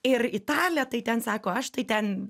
ir italė tai ten sako aš tai ten